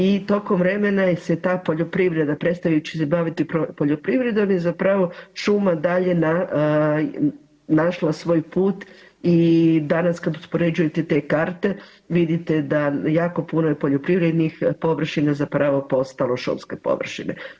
I tokom vremena se ta poljoprivreda, predstavit ću se baviti poljoprivredom i zapravo šuma dalje našla svoj put i danas kad uspoređujete te karte vidite jako puno je poljoprivrednih površina zapravo postalo šumske površine.